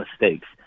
mistakes